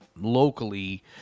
locally